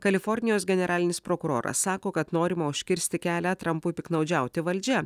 kalifornijos generalinis prokuroras sako kad norima užkirsti kelią trampui piktnaudžiauti valdžia